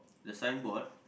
the signboard